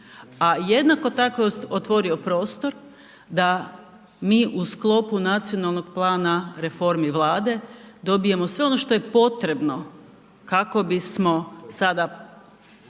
a jednako tako je otvorio prostor da mi u sklopu nacionalnog plana reformi Vlade dobijemo sve ono što je potrebno kako bismo sada